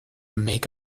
make